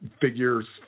figure's